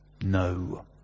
no